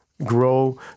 grow